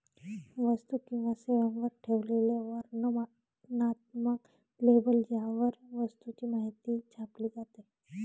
वस्तू किंवा सेवांवर ठेवलेले वर्णनात्मक लेबल ज्यावर वस्तूची माहिती छापली जाते